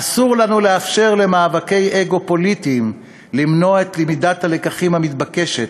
אסור לנו לאפשר למאבקי אגו פוליטיים למנוע את למידת הלקחים המתבקשת,